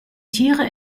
tiere